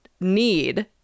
need